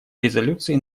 резолюции